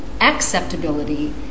acceptability